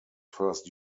first